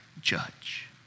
judge